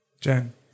Jen